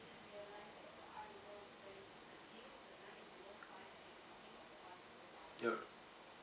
oh